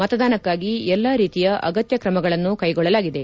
ಮತದಾನಕಾಗಿ ಎಲ್ಲಾ ರೀತಿಯ ಅಗತ್ಯ ಕ್ರಮಗಳನ್ನು ಕ್ಲೆಗೊಳ್ಳಲಾಗಿದೆ